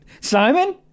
Simon